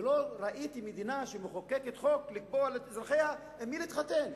ולא ראיתי מדינה שמחוקקת חוק לקבוע לאזרחיה עם מי להתחתן.